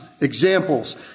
examples